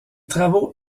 travaux